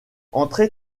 entré